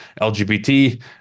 lgbt